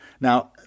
Now